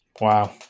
Wow